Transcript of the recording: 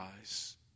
eyes